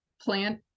plant